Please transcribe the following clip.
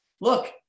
Look